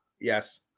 Yes